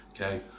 okay